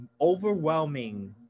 overwhelming